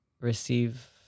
receive